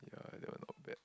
yeah that one not bad